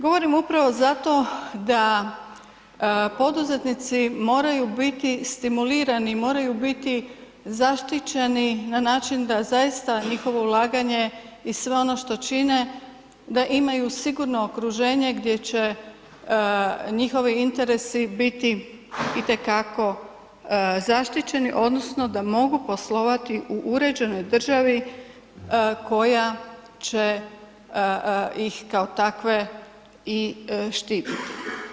Govorim upravo zato da poduzetnici moraju biti stimulirani, moraju biti zaštićeni na način da zaista njihovo ulaganje i sve ono što čine, da imaju sigurno okruženje gdje će njihov interesi biti itekako zaštićeni odnosno da mogu poslovati u uređenoj državi koja će ih kao takve i štititi.